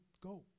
go